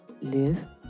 live